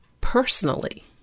personally